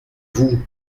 vous